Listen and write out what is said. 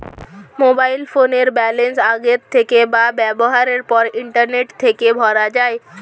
mobile ফোনের balance আগের থেকে বা ব্যবহারের পর ইন্টারনেট থেকে ভরা যায়